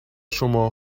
شما